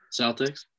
Celtics